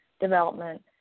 development